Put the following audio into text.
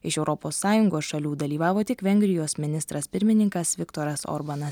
iš europos sąjungos šalių dalyvavo tik vengrijos ministras pirmininkas viktoras orbanas